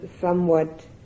somewhat